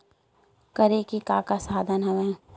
करे के का का साधन हवय?